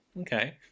Okay